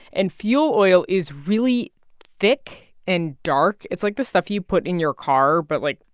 and fuel oil is really thick and dark. it's like the stuff you put in your car, but, like,